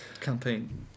campaign